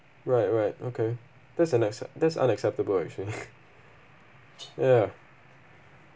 right right okay that's an accep~ that's unacceptable actually ya